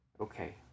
Okay